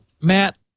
Matt